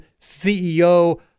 CEO